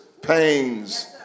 pains